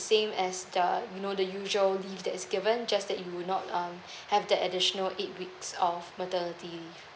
same as um you know the usual leave that is given just that you not um have the additional eight weeks of maternity leave